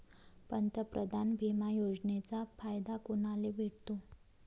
पंतप्रधान बिमा योजनेचा फायदा कुनाले भेटतो?